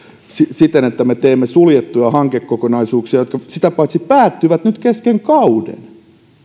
siten että me teemme suljettuja hankekokonaisuuksia jotka sitä paitsi päättyvät nyt kesken kauden